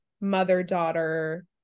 mother-daughter